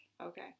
Okay